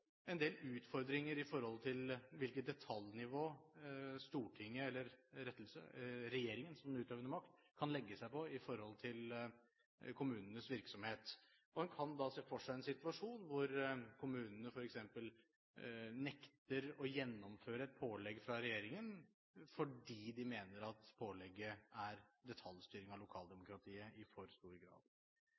en del utfordringer når det gjelder hvilket detaljnivå regjeringen som utøvende makt kan legge seg på i forhold til kommunenes virksomhet, og en kan da se for seg en situasjon hvor kommunene f.eks. nekter å gjennomføre et pålegg fra regjeringen fordi de mener at pålegget er detaljstyring av lokaldemokratiet i for stor grad.